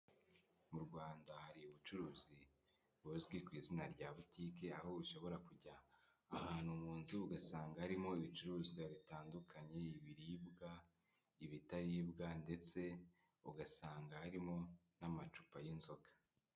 Mu Rwanda hari ubucuruzi buzwi ku izina rya butike, aho ushobora kujya ahantu mu nzu ugasanga harimo ibicuruzwa bitandukanye ibibiribwa, ibitaribwa ndetse ugasanga harimo n'amacupa y'inzoka.